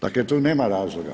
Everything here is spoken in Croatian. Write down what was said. Dakle tu nema razloga.